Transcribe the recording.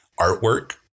artwork